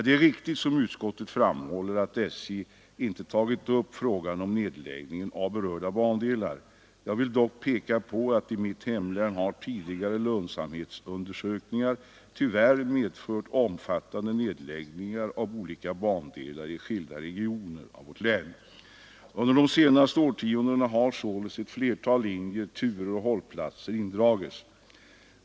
Det är riktigt, som utskottet framhåller, att SJ inte tagit upp frågan om nedläggning av berörda bandelar. Jag vill dock peka på att i mitt hemlän har tidigare lönsamhetsundersökningar tyvärr medfört omfattande nedläggningar av olika bandelar i skilda regioner av länet. Under de senaste årtiondena har således i ett flertal linjer, turer och hållplatser indragits.